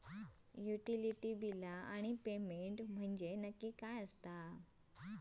Utility बिला आणि payment म्हंजे नक्की काय आसा?